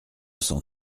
cent